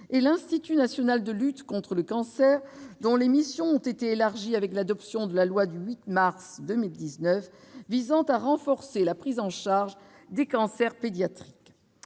est l'Institut national du cancer (INCa), dont les missions ont été élargies par l'adoption de la loi du 8 mars 2019 visant à renforcer la prise en charge des cancers pédiatriques.